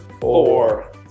four